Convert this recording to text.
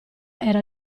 era